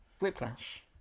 Whiplash